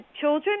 children